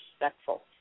respectful